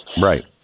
Right